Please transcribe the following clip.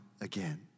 again